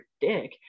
dick